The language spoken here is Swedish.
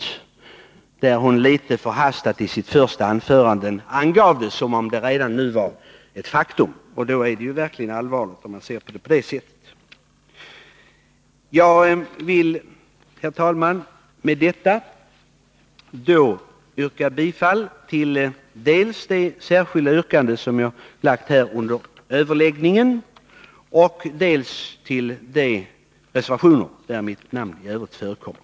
Hon angav det så, litet förhastat, i sitt första anförande, att detta redan var ett faktum. Då är det verkligen allvarligt. Jag vill, herr talman, med detta yrka bifall till dels det särskilda yrkande som jag har framställt under överläggningen, dels de reservationer där mitt namn förekommer.